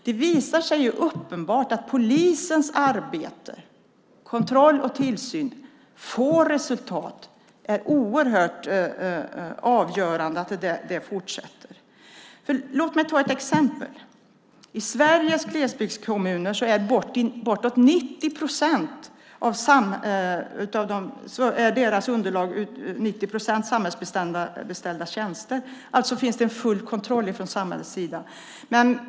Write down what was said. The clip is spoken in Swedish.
Det har varit uppenbart att det är avgörande att polisens arbete - kontroll och tillsyn - ger resultat och fortsätter. Låt mig ge ett exempel. I Sveriges glesbygdskommuner är körunderlaget till 90 procent samhällsbeställda tjänster. Alltså finns det en full kontroll från samhällets sida.